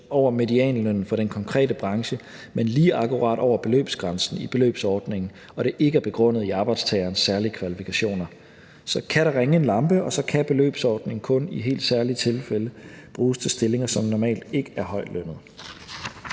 over medianlønnen for den konkrete branche, men lige akkurat over beløbsgrænsen i beløbsordningen og det ikke er begrundet i arbejdstagerens særlige kvalifikationer. Så kan der ringe en klokke, og så kan beløbsordningen kun i helt særlige tilfælde bruges til stillinger, som normalt ikke er højtlønnede.